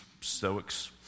Stoics